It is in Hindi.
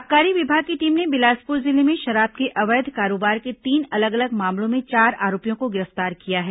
आबकारी विभाग की टीम ने बिलासपुर जिले में शराब के अवैध कारोबार के तीन अलग अलग मामलों में चार आरोपियों को गिरफ्तार किया है